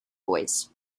boys